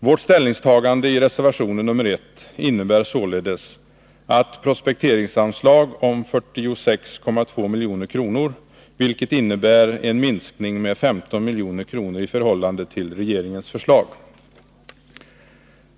Vårt ställningstagande i reservation nr 1 innebär således ett prospekteringsanslag om 46,2 milj.kr., vilket innebär en minskning med 15 milj.kr. i förhållande till regeringens förslag.